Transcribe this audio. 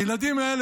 הילדים האלה,